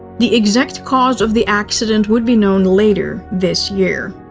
the exact cause of the accident would be known later this year.